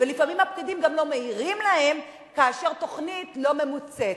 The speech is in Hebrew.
ולפעמים הפקידים גם לא מעירים להם כאשר תוכנית לא ממוצית.